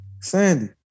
Sandy